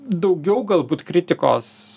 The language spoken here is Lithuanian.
daugiau galbūt kritikos